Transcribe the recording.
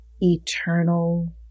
eternal